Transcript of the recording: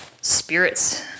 spirits